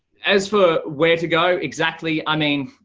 as for where to go exactly, i mean,